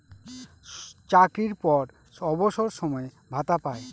চাকরির পর অবসর সময়ে ভাতা পায়